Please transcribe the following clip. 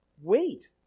Wait